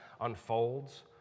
unfolds